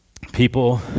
people